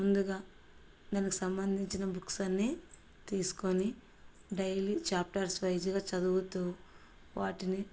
ముందుగా దానికి సంబంధించిన బుక్స్ అన్నీ తీసుకుని డైలీ చాప్టర్స్ వైజ్గా చదువుతూ వాటిని